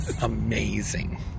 Amazing